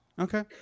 Okay